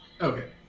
Okay